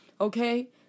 Okay